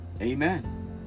Amen